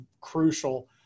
crucial